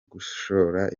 gushora